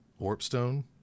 Warpstone